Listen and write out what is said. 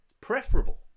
Preferable